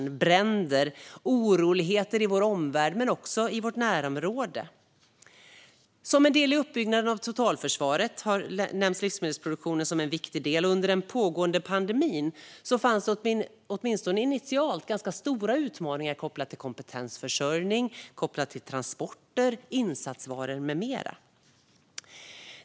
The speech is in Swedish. Det har varit bränder och oroligheter i vår omvärld men också i vårt närområde. I uppbyggnaden av totalförsvaret nämns livsmedelsproduktionen som en viktig del, och under den pågående pandemin fanns det åtminstone initialt ganska stora utmaningar kopplat till kompetensförsörjning, transporter, insatsvaror med mera.